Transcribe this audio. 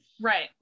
Right